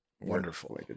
Wonderful